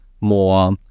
more